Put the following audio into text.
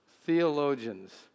theologians